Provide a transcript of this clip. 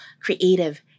creative